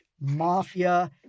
Mafia